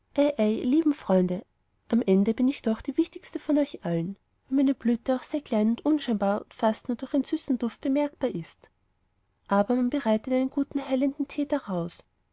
lieben freunde am ende bin ich doch noch die wichtigste von euch allen wenn meine blüte auch sehr klein und unscheinbar und fast nur durch ihren süßen duft bemerkbar ist aber man bereitet guten heilenden tee daraus